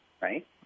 right